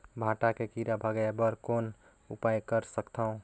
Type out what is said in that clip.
भांटा के कीरा भगाय बर कौन उपाय कर सकथव?